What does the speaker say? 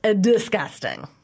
disgusting